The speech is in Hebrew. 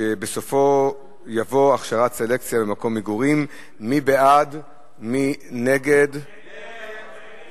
שבסופו יבוא "הכשרת סלקציה במקום מגורים" הסתייגות של חברי הכנסת מוחמד